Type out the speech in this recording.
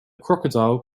crocodile